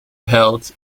health